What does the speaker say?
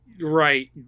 Right